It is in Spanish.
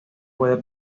puede